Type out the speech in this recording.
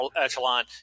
echelon